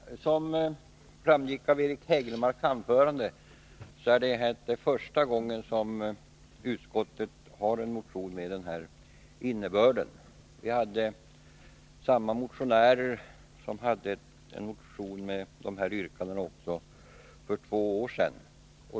Herr talman! Som framgick av Eric Hägelmarks anförande är detta inte första gången som utskottet behandlat en motion med den här innebörden. Samma motionärer väckte en motion med dessa yrkanden också för två år sedan.